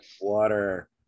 water